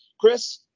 Chris